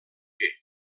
fer